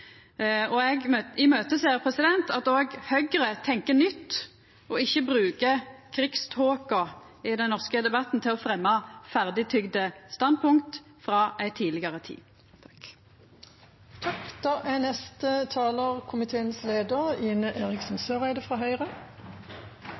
Eg ser fram til at òg Høgre tenkjer nytt og ikkje bruker krigståka i den norske debatten til å fremja ferdigtogne standpunkt frå ei tidlegare tid. Vi er